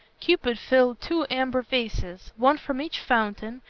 cupid filled two amber vases, one from each fountain,